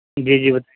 جی جی بتایئے